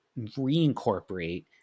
reincorporate